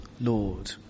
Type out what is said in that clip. Lord